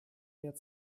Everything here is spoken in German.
mehr